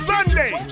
Sunday